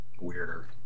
weirder